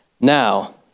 Now